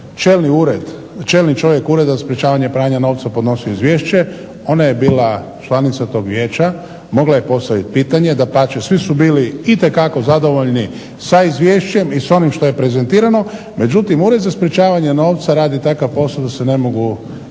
čelni čovjek Ureda za sprečavanje pranja novca podnio izvješće ona je bila članica tog vijeća, mogla je postavit pitanje. Dapače, svi su bili itekako zadovoljni sa izvješćem i s onim što je prezentirano. Međutim, Ured za sprečavanje pranja novca radi takav posao da se ne mogu